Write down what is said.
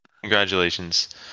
Congratulations